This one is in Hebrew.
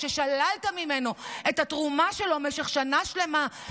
ששללת ממנו את התרומה שלו במשך שנה שלמה.